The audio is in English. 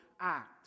act